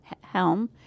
helm